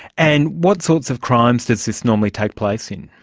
and what sorts of crimes does this normally take place in?